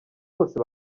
bose